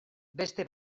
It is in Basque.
beste